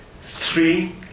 three